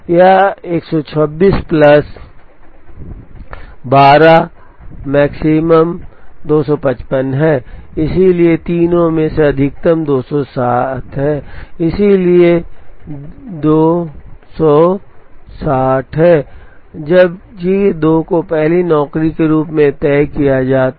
यह १२६ plus १२ maximum २५५ है इसलिए तीनों में से अधिकतम २6० है और इसलिए २ the० कम है जब जे २ को पहली नौकरी के रूप में तय किया जाता है